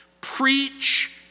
Preach